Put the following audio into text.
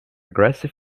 grassy